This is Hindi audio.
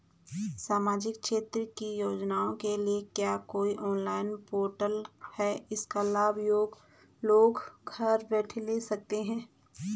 सामाजिक क्षेत्र की योजनाओं के लिए क्या कोई ऑनलाइन पोर्टल है इसका लाभ लोग घर बैठे ले सकते हैं?